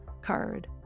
card